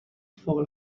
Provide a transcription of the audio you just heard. for